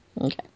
Okay